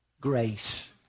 Grace